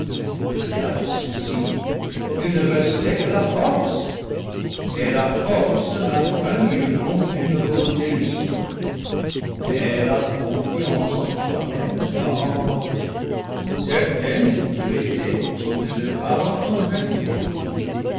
au-delà de ceci il ne restait que la force et la force n'a point lieu contre une volonté libre mais la confiance en toi-même t'a emportée certaine que tu étais ou de ne pas rencontrer de péril